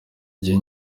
igihe